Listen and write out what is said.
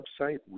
website